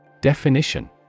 Definition